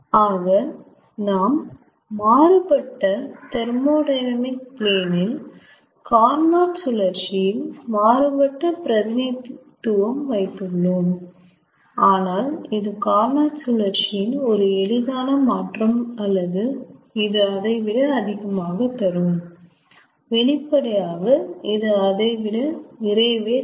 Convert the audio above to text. ஆக நாம் மாறுபட்ட தெர்மோடையனாமிக் பிளேன் ல் கார்னோட் சுழற்சியின் மாறுபட்ட பிரதிநிதித்துவம் வைத்துள்ளோம் ஆனால் இது கார்னோட் சுழற்சியின் ஒரு எளிதான மாற்றம் அல்லது இது அதை விட அதிகமாக தரும் வெளிப்படையாக இது அதைவிட நிறையவே தரும்